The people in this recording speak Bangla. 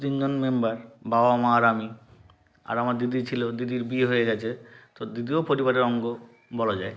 তিনজন মেম্বার বাবা মা আর আমি আর আমার দিদি ছিল দিদির বিয়ে হয়ে গিয়েছে তো দিদিও পরিবারের অঙ্গ বলা যায়